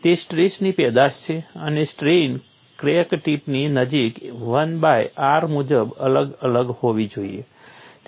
તે સ્ટ્રેસની પેદાશ છે અને સ્ટ્રેઇન ક્રેક ટિપની નજીક 1 બાય r મુજબ અલગ અલગ હોવી જોઇએ